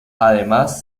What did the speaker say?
además